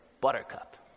Buttercup